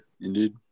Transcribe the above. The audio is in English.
Indeed